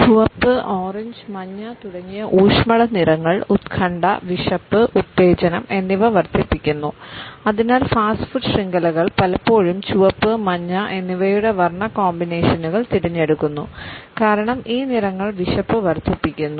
ചുവപ്പ് ഓറഞ്ച് മഞ്ഞ തുടങ്ങിയ ഊഷ്മള നിറങ്ങൾ ഉത്കണ്ഠ വിശപ്പ് ഉത്തേജനം എന്നിവ വർദ്ധിപ്പിക്കുന്നു അതിനാൽ ഫാസ്റ്റ്ഫുഡ് ശൃംഖലകൾ പലപ്പോഴും ചുവപ്പ് മഞ്ഞ എന്നിവയുടെ വർണ്ണ കോമ്പിനേഷനുകൾ തിരഞ്ഞെടുക്കുന്നു കാരണം ഈ നിറങ്ങൾ വിശപ്പ് വർദ്ധിപ്പിക്കുന്നു